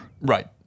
Right